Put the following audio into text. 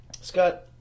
Scott